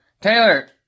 Taylor